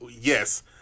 yes